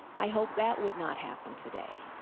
i hope that would not happen today.